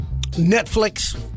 Netflix